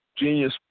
Genius